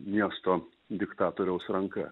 miesto diktatoriaus ranka